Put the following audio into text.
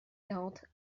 quarante